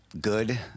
good